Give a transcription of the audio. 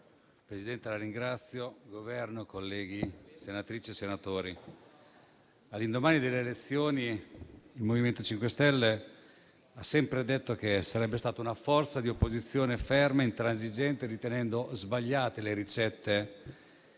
Presidente, signori del Governo, onorevoli senatrici e senatori, all'indomani delle elezioni il MoVimento 5 Stelle ha detto che sarebbe stato una forza di opposizione ferma e intransigente, ritenendo sbagliate le ricette